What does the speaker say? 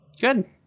Good